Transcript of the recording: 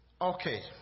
Okay